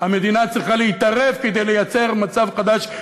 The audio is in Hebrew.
המדינה צריכה להתערב כדי לייצר מצב חדש,